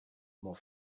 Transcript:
more